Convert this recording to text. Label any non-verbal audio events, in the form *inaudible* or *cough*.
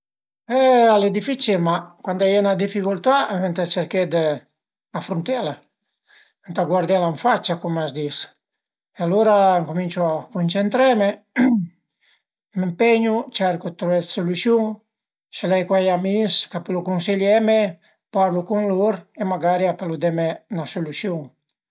E al e dificil, ma cuandi a ie 'na dificultà venta cerché d'afruntela, ëntà guardela ën faccia cum a s'dis, alura cuminciu a cuncentreme *noise* m'ëmpegnu, cercu dë truvé dë sulüsiun, se l'ai cuai amis che pölu cunseieme parlu cun lur e magari a pölu deme 'na sulüsiun